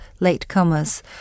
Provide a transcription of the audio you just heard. latecomers